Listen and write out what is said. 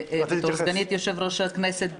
בתור סגנית יושב-ראש הכנסת,